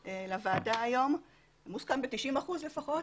לפחות מוסכם ב-90 אחוזים.